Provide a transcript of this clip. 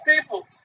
people